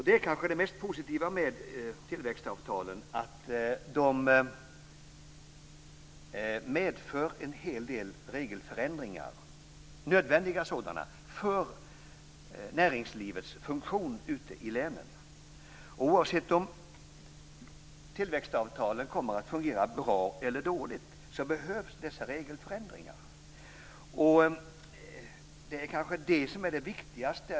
Det mest positiva med tillväxtavtalen är kanske att de medför en hel del regelförändringar - nödvändiga sådana - för näringslivets funktion ute i länen. Oavsett om tillväxtavtalen kommer att fungera bra eller dåligt behövs dessa regelförändringar. Det är kanske det som är det viktigaste.